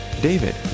David